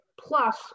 plus